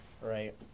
Right